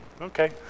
okay